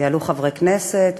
ויעלו חברי כנסת,